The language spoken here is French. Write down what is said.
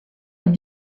est